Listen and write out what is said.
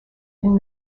and